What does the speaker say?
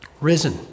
risen